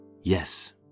yes